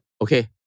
Okay